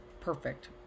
perfect